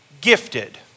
gifted